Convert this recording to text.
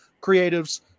creatives